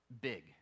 big